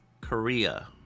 Korea